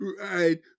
right